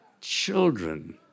children